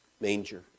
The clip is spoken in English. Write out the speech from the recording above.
manger